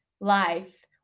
life